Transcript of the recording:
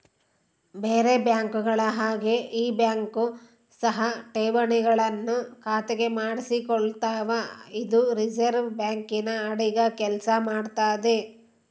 ಬೇರೆ ಬ್ಯಾಂಕುಗಳ ಹಾಗೆ ಈ ಬ್ಯಾಂಕ್ ಸಹ ಠೇವಣಿಗಳನ್ನು ಖಾತೆಗೆ ಮಾಡಿಸಿಕೊಳ್ತಾವ ಇದು ರಿಸೆರ್ವೆ ಬ್ಯಾಂಕಿನ ಅಡಿಗ ಕೆಲ್ಸ ಮಾಡ್ತದೆ